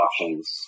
options